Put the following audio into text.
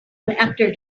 after